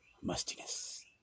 mustiness